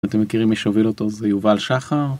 אם אתם מכירים מי שהוביל אותו זה יובל שחר.